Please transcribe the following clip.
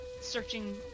searching